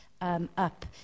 up